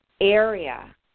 area